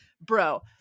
bro